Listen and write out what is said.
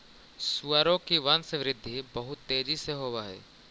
सुअरों की वंशवृद्धि बहुत तेजी से होव हई